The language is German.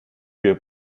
wir